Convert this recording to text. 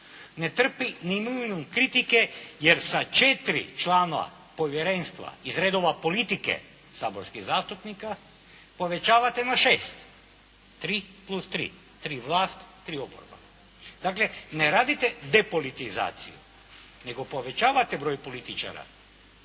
ne trpi ni minimum kritike jer sa četiri člana povjerenstva iz redova politike saborskih zastupnika povećavate na šest, 3+3, 3 vlast, 3 oporba. Dakle, ne radite depolitizaciju, nego povećavate broj političara,